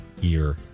year